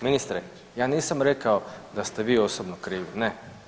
Ministre, ja nisam rekao da ste vi osobno krivi, ne.